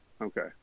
Okay